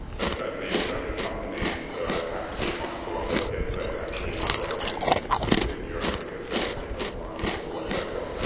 but certainly australian companies have to be mindful of it if they are actually operating within europe because they can be held liable for what goes on there.